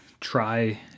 try